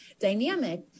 dynamic